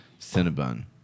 Cinnabon